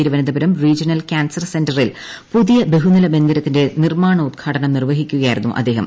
Thiruvananthapuram regional cancer സെന്ററിൽ പുതിയ ബഹുനില മന്ദിരത്തിന്റെ നിർമ്മാണോദ്ഘാടനം നിർവ്വഹിക്കുകയായിരുന്നു അദ്ദേഹം